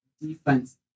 defense